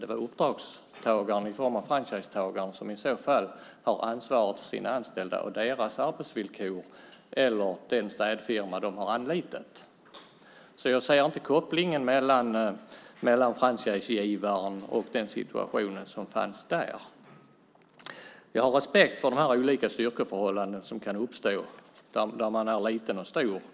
Det är uppdragstagaren i form av franchisetagaren som har ansvar för sina anställda och deras arbetsvillkor eller den städfirma man har anlitat. Jag ser inte kopplingen mellan franchisegivaren och den situation som fanns där. Jag har respekt för de olika styrkeförhållanden som kan uppstå när man är liten och stor.